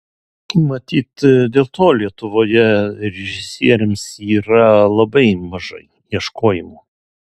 matyt dėl to lietuvoje režisieriams yra labai mažai ieškojimų